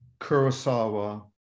Kurosawa